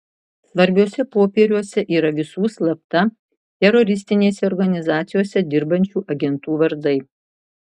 svarbiuose popieriuose yra visų slapta teroristinėse organizacijose dirbančių agentų vardai